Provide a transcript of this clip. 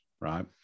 right